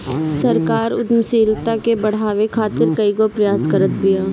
सरकार उद्यमशीलता के बढ़ावे खातीर कईगो प्रयास करत बिया